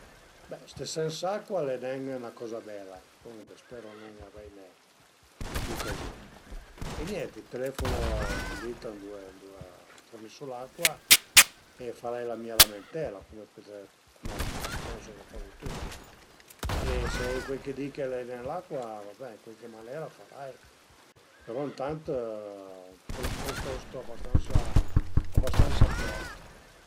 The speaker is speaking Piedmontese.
Stupé ën lavandin al e 'na coza bastansa semplice secund mi, cun l'atresadüra giüsta riese a felu, se no a i sarìa ün aut sistema, cum a dizu, bicarbonato, bicarbonato e azil e acua cauda, a dövrìa a dövrìa esi ën po pi facil parei, però a ie l'atresadüra giüsta për felu